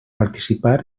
participar